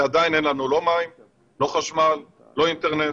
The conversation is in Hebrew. ועדיין אין לנו לא מים, לא חשמל, לא אינטרנט,